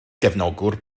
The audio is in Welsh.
gefnogwr